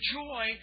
joy